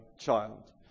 child